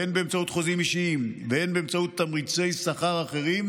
הן באמצעות חוזים אישיים והן באמצעות תמריצי שכר אחרים,